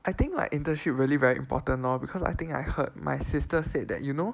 I think like internship really very important lor because I think I heard my sister said that you know